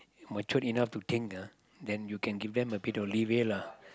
matured enough to think ah then you can give them a bit of leeway lah